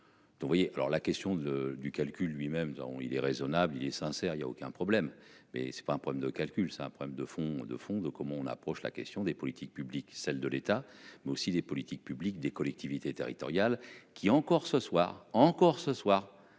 Vous voyez, alors la question de du calcul lui-même nous avons il est raisonnable, il est sincère, il y a aucun problème mais c'est pas un problème de calcul, c'est un problème de fond de fonds de comment on approche la question des politiques publiques, celle de l'État mais aussi des politiques publiques, des collectivités territoriales qui encore ce soir encore ce soir